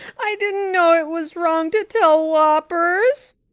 i didn't know it was wrong to tell whoppers,